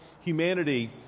humanity